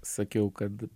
sakiau kad